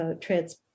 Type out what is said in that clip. trans